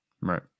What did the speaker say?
Right